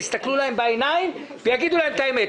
יסתכלו להם בעיניים ויגידו להם את האמת,